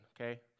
okay